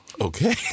Okay